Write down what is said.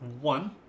one